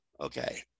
Okay